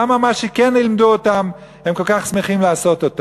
למה מה שכן לימדו אותם הם כל כך שמחים לעשות?